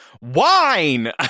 wine